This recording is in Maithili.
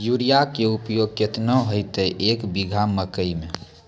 यूरिया के उपयोग केतना होइतै, एक बीघा मकई मे?